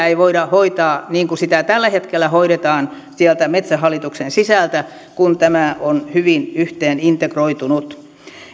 ei voida hoitaa niin kuin sitä tällä hetkellä hoidetaan sieltä metsähallituksen sisältä kun tämä on hyvin yhteen integroitunut